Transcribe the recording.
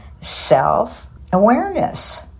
self-awareness